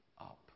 up